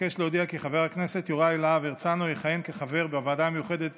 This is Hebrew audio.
אבקש להודיע כי חבר הכנסת יוראי להב הרצנו יכהן כחבר בוועדה המיוחדת